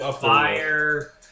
Fire